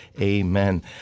amen